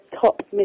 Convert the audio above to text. top